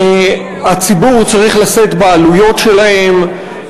הציבור צריך לשאת בעלויות שלהן,